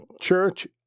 church